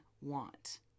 want